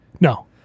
No